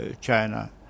China